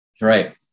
Right